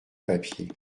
papier